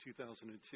2002